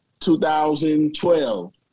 2012